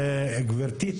גבירתי,